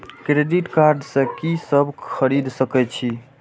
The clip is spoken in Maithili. क्रेडिट कार्ड से की सब खरीद सकें छी?